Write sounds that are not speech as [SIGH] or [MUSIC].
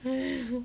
[NOISE]